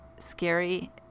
scary